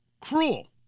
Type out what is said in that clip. cruel